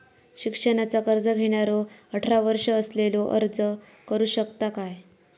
शिक्षणाचा कर्ज घेणारो अठरा वर्ष असलेलो अर्ज करू शकता काय?